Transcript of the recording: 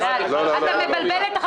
אז הורדתם לנו הכל.